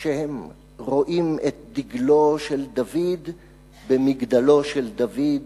כשהם רואים את דגלו של דוד במגדלו של דוד,